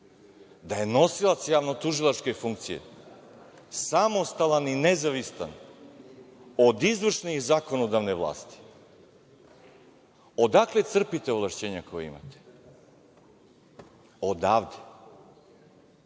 da je nosilac javno-tužilačke funkcije samostalan i nezavistan od izvršne i zakonodavne vlasti. Odakle crpite ovlašćenja koja imate? Odavde,